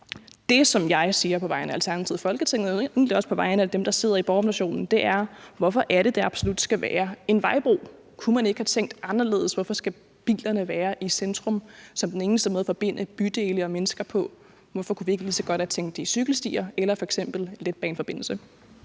Det, som jeg siger på vegne af Alternativet i Folketinget og egentlig også på vegne af dem, der sidder i Borgerrepræsentationen, er, hvorfor det er, det absolut skal være en vejbro. Kunne man ikke have tænkt anderledes? Hvorfor skal biler være i centrum som den eneste måde at forbinde bydele og mennesker på? Hvorfor kunne vi ikke lige så godt have tænkt det i cykelstier eller f.eks. en letbaneforbindelse?